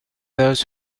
those